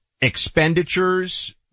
expenditures